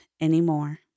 anymore